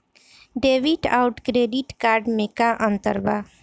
Debit आउर credit card मे का अंतर बा?